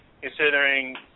considering